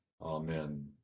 Amen